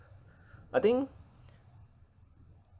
I think